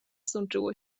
sączyło